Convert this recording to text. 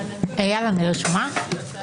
בבקשה.